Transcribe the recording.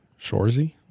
Shorzy